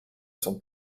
son